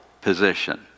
position